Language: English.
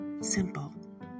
simple